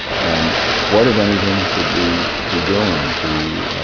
and what if anything should we be doing to,